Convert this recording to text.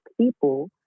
people